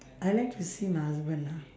I like to see my husband lah